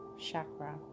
Chakra